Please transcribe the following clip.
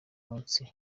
munsi